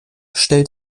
stellt